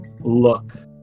look